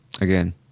Again